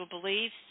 beliefs